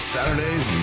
Saturdays